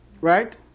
Right